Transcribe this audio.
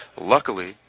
Luckily